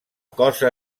cosa